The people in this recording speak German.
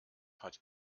hat